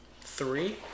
Three